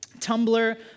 tumblr